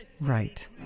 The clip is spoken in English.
Right